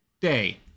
day